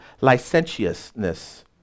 licentiousness